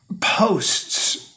posts